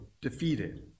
defeated